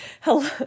Hello